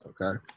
okay